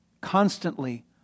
Constantly